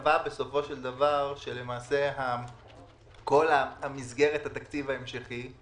קבע בסופו של דבר שכל מסגרת התקציב ההמשכי,